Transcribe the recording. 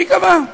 מי קבע?